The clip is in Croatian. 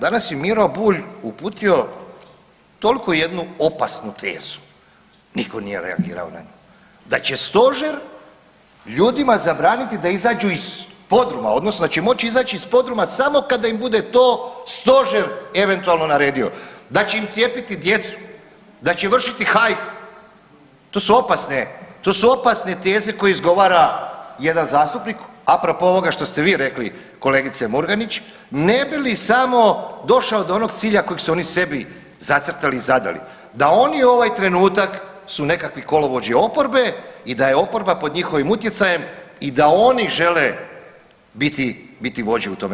Danas je Miro Bulj uputio tolko jednu opasnu tezu, niko nije reagirao na nju, da će stožer ljudima zabraniti da izađu iz podruma odnosno da će moći izaći iz podruma samo kada im bude to stožer eventualno naredio, da će im cijepiti djecu, da će vršiti hajku, to su opasne, to su opasne teze koje izgovara jedan zastupnik apropo ovoga što ste vi rekli kolegice Murganić, ne bi li samo došao do onog cilja kojeg su oni sebi zacrtali i zadali da oni ovaj trenutak su nekakvi kolovođi oporbe i da je oporba pod njihovim utjecajem i da oni žele biti, biti vođe u tome.